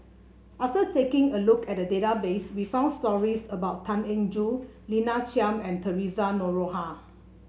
after taking a look at database we found stories about Tan Eng Joo Lina Chiam and Theresa Noronha